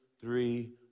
three